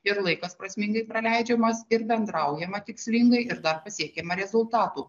ir laikas prasmingai praleidžiamas ir bendraujama tikslingai ir dar pasiekiama rezultatų